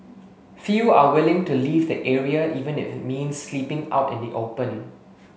few are willing to leave the area even if it means sleeping out in the open